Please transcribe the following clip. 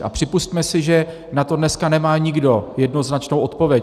A připusťme si, že na to dneska nemá nikdo jednoznačnou odpověď.